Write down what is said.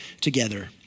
together